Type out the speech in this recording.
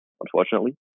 unfortunately